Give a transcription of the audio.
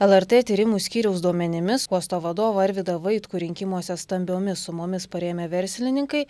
lrt tyrimų skyriaus duomenimis uosto vadovą arvydą vaitkų rinkimuose stambiomis sumomis parėmę verslininkai